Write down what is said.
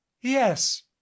yes